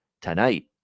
tonight